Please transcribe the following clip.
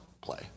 play